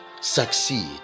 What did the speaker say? succeed